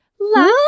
Love